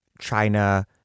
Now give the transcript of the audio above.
China